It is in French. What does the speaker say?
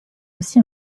aussi